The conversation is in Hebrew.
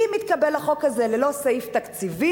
אם יתקבל החוק הזה ללא סעיף תקציבי,